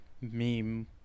meme